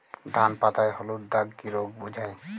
ধান পাতায় হলুদ দাগ কি রোগ বোঝায়?